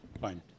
Fine